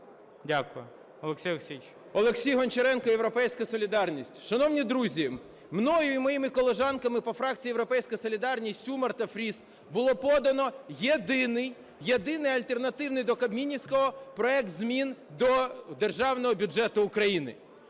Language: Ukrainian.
ГОНЧАРЕНКО О.О. Олексій Гончаренко, "Європейська солідарність". Шановні друзі, мною і моїми колежанками по фракції "Європейська солідарність" Сюмар та Фріз було подано єдиний, єдиний альтернативний до кабмінівського проект змін до Державного бюджету України.